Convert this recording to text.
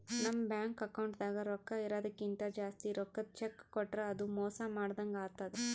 ನಮ್ ಬ್ಯಾಂಕ್ ಅಕೌಂಟ್ದಾಗ್ ರೊಕ್ಕಾ ಇರದಕ್ಕಿಂತ್ ಜಾಸ್ತಿ ರೊಕ್ಕದ್ ಚೆಕ್ಕ್ ಕೊಟ್ರ್ ಅದು ಮೋಸ ಮಾಡದಂಗ್ ಆತದ್